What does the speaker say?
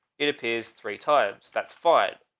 it appears three times. that's fired